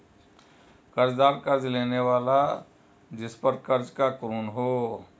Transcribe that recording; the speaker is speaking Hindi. कर्ज़दार कर्ज़ लेने वाला जिसपर कर्ज़ या ऋण हो